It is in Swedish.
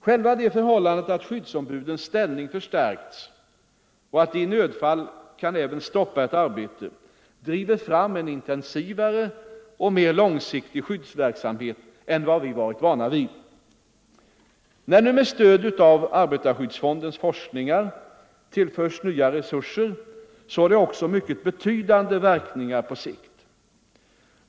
Själva det förhållandet att skyddsombudens ställning förstärkts och att de i nödfall även kan stoppa ett arbete driver fram en intensivare och mer långi siktig skyddsverksamhet än vi varit vana vid. När nu med stöd av arbetarskyddsfonden forskningen tillförs nya resurser så har det också mycket betydande verkningar på sikt.